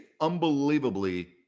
unbelievably